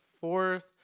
fourth